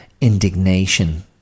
indignation